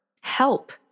help